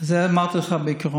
את זה אמרתי לך בעיקרון.